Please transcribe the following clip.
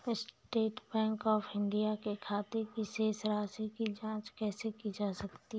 State bank of India के खाते की शेष राशि की जॉंच कैसे की जा सकती है?